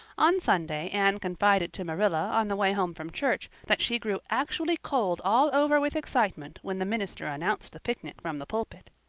on sunday anne confided to marilla on the way home from church that she grew actually cold all over with excitement when the minister announced the picnic from the pulpit.